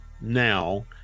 now